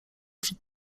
przed